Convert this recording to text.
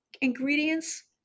ingredients